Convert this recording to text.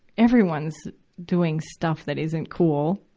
everyone's doing stuff that isn't cool,